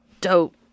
dope